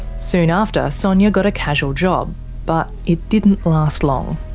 soon after, sonia got a casual job but it didn't last long.